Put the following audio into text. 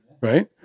Right